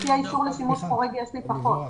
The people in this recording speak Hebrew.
לפי האישור לשימוש חורג, יש לי פחות.